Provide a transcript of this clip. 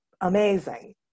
amazing